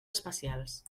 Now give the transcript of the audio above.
especials